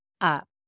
up